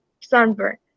sunburn